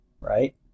right